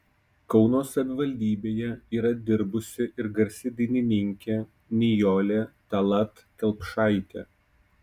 kauno savivaldybėje yra dirbusi ir garsi dainininkė nijolė tallat kelpšaitė